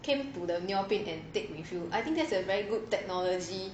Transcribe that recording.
came to the neoprint and take with you I think that's a very good technology